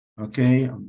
Okay